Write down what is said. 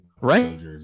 right